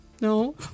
No